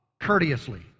courteously